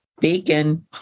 bacon